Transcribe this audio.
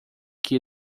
que